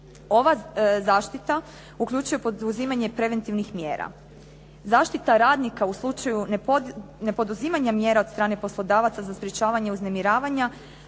Ova zaštiti uključuje poduzimanje preventivnih mjera. Zaštita radnika u slučaju ne poduzimanja mjera od strane poslodavaca za sprječavanje uznemiravanja